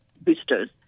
boosters